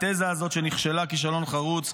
התזה הזאת שנכשלה כישלון חרוץ,